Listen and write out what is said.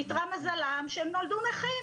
איתרע מזלם שהם נולדו נכים.